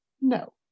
No